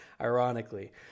ironically